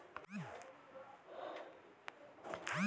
वांछित राशि के लिए मनीऑर्डर खरीदा जाता है